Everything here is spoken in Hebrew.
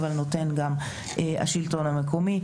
אבל נותן גם השלטון המקומי.